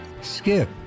Skip